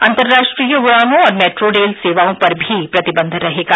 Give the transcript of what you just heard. अंतर्राष्ट्रीय उड़ानों और मेट्रो रेल सेवाओं पर भी प्रतिबन्ध रहेगा